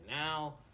now